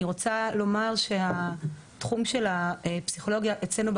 אני רוצה לומר שבתחום של הפסיכולוגיה אצלנו,